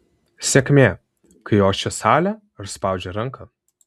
sėkmė kai ošia salė ar spaudžia ranką